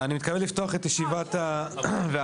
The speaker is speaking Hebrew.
אני שמח לפתוח את ישיבת הוועדה,